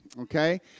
okay